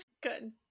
Good